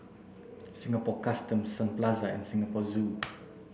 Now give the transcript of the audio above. Singapore Customs Sun Plaza and Singapore Zoo